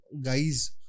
guys